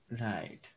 Right